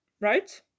Right